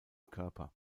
körper